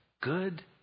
good